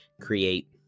create